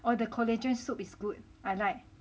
oh the collagen soup is good I like